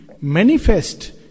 manifest